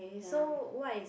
ya